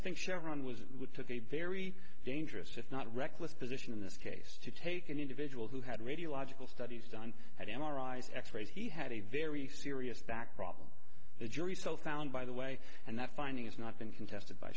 think chevron was took a very dangerous if not reckless position in this case to take an individual who had radiological studies done at m r i's x rays he had a very serious back problem the jury so found by the way and that finding has not been contested by